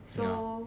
so